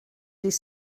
dydd